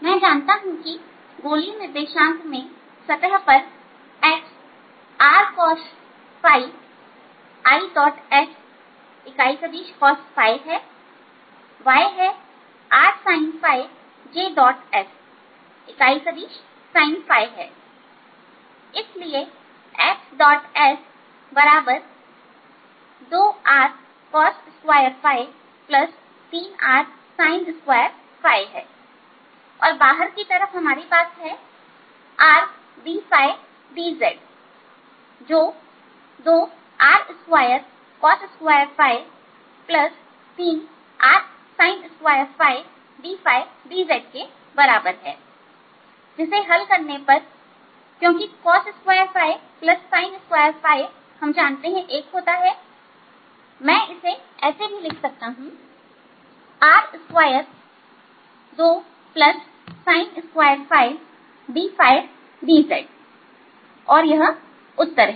मैं जानता हूं कि गोलीय निर्देशांक में सतह पर x Rcosis इकाई सदिश cosहै y है Rsinjs इकाई सदिश sin है इसलिए Fds2Rcos2 3Rsin2और बाहर की तरफ हमारे पास है R ddz जो 2R2cos23Rsin2 dϕdz के बराबर है जिसे हल करने पर क्योंकि cos2sin21 है मैं इसे ऐसे भी लिख सकता हूं R22sin2ddz और यह उत्तर है